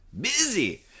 Busy